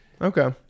okay